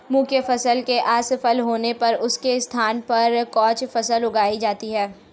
मुख्य फसल के असफल होने पर उसके स्थान पर कैच फसल उगाई जाती है